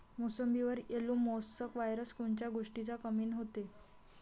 मोसंबीवर yellow mosaic virus कोन्या गोष्टीच्या कमीनं होते?